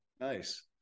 Nice